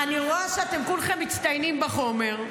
אני רואה שאתם כולכם מצטיינים בחומר,